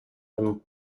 him